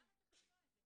למה צריך למנוע את זה?